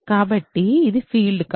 కాబట్టి ఇది ఫీల్డ్ కాదు